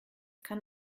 kann